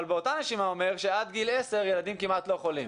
אבל באותה נשימה הוא אומר שילדים עד גיל 10 כמעט לא חולים.